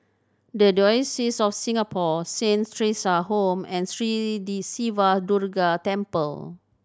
The Diocese of Singapore Saint Theresa Home and Sri Siva Durga Temple